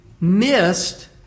missed